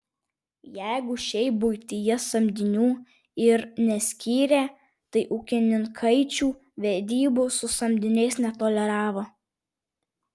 jeigu šiaip buityje samdinių ir neskyrę tai ūkininkaičių vedybų su samdiniais netoleravo